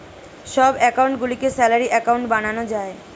সব অ্যাকাউন্ট গুলিকে salary account বানানো যায়